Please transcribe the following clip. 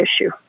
issue